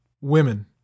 Women